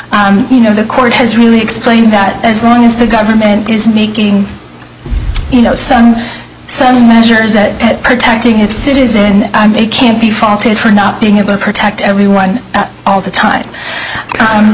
off you know the court has really explained that as long as the government is making you know some measures that protecting its citizens and they can't be faulted for not being able to protect everyone all the time